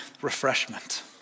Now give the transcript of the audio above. refreshment